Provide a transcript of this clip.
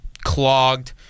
clogged